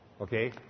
Okay